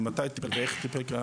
ומתי טיפל ואיך טיפל.